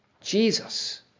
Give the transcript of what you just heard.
Jesus